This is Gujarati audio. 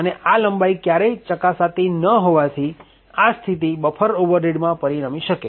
અને આ લંબાઈ ક્યારેય ના ચકાસતી હોવાથી આ સ્થિતિ બફર ઓવરરીડમાં પરિણમી શકે